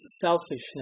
selfishness